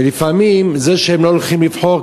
ולפעמים זה שהם לא הולכים לבחור,